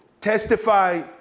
testify